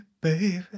baby